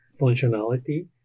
functionality